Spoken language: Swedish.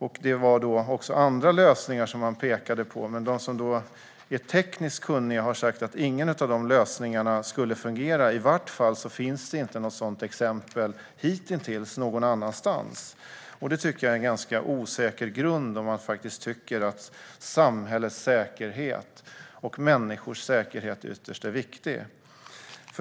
Man pekade även på andra lösningar, men de som är tekniskt kunniga har sagt att ingen av de lösningarna skulle fungera - i vart fall finns det hittills inget sådant exempel någon annanstans. Jag tycker att detta är en ganska osäker grund om man faktiskt anser att samhällets och ytterst människors säkerhet är viktig.